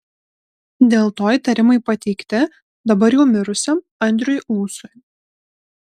dėl to įtarimai pateikti dabar jau mirusiam andriui ūsui